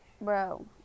Bro